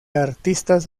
artistas